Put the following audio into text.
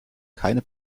keine